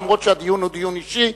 אף שהדיון הוא דיון אישי.